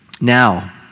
Now